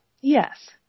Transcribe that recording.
Yes